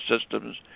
systems